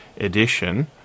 edition